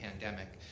pandemic